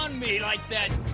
on me like that.